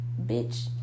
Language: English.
Bitch